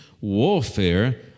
warfare